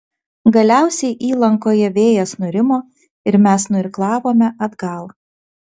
galiausiai įlankoje vėjas nurimo ir mes nuirklavome atgal